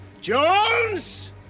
Jones